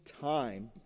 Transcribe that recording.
time